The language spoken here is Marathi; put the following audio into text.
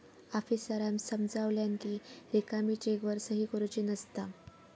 आफीसरांन समजावल्यानं कि रिकामी चेकवर सही करुची नसता